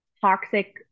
toxic